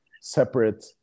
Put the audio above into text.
separate